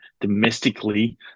domestically